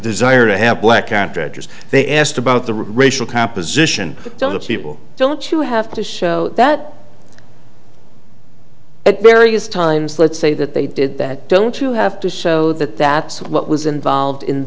desire to have black contractors they asked about the racial composition of the people don't you have to show that at various times let's say that they did that don't you have to show that that's what was involved in